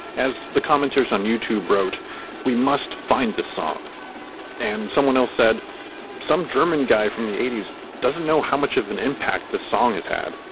as the commenters on youtube wrote we must find the song and someone else said some german guy from the eighty s doesn't know how much of an impact the song has had.